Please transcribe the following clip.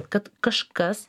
kad kažkas